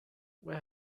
where